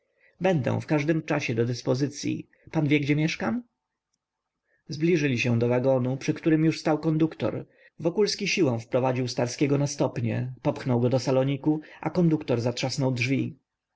będę w każdym czasie do dyspozycyi pan wie gdzie mieszkam zbliżyli się do wagonu przy którym już stał konduktor wokulski silą wprowadził starskiego na stopnie popchnął go do saloniku a konduktor zatrzasnął drzwi